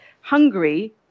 hungary